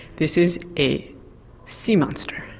this is a sea monster.